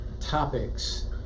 topics